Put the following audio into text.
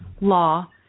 law